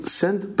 send